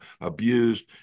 abused